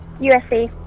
USA